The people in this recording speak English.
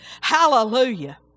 hallelujah